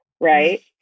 right